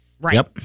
Right